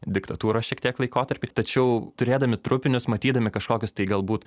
diktatūros šiek tiek laikotarpį tačiau turėdami trupinius matydami kažkokius tai galbūt